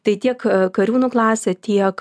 tai tiek kariūnų klasė tiek